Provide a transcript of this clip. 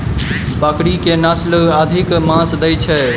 बकरी केँ के नस्ल अधिक मांस दैय छैय?